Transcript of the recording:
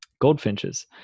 goldfinches